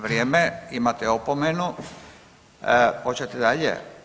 Vrijeme, imate opomenu, hoćete dalje.